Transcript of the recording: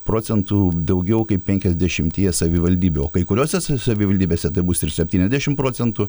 procentų daugiau kaip penkiasdešimtyje savivaldybių o kai kuriose sa savivaldybėse tai bus ir septyniasdešim procentų